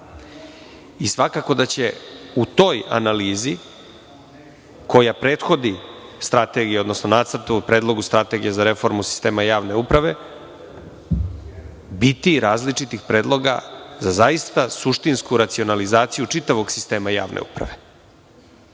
malo. Svakako da će u toj analizi koja prethodi strategiji, odnosno nacrtu o predlogu strategije za reformu sistema javne uprave biti različitih predloga za suštinsku racionalizaciju čitavog sistema javne uprave.